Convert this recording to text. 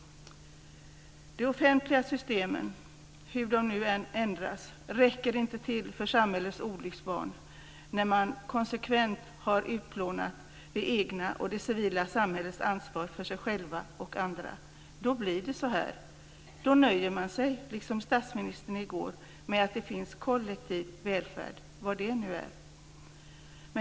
De offentliga systemen, hur de än förändras, räcker inte till för samhällets olycksbarn när man konsekvent har utplånat det civila samhällets och den enskilda individens ansvar för sig själv och för andra. Då blir det så här. Då nöjer man sig liksom statsministern i går med att det finns kollektiv välfärd, vad det nu är.